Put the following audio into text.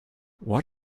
what